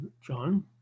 John